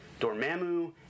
Dormammu